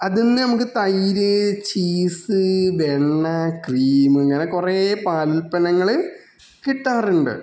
അതിൽ നിന്ന് നമുക്ക് തൈര് ചീസ് വെണ്ണ ക്രീം ഇങ്ങനെ കുറെ പാലുൽപ്പന്നങ്ങള് കിട്ടാറുണ്ട്